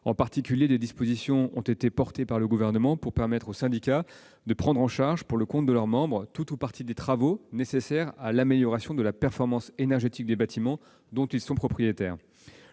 En particulier, des dispositions ont été prévues par le Gouvernement pour permettre aux syndicats de prendre en charge, pour le compte de leurs membres, tout ou partie des travaux nécessaires à l'amélioration de la performance énergétique des bâtiments dont ils sont propriétaires.